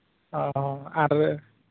ᱚᱻ ᱟᱨ